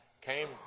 came